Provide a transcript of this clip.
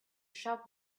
shop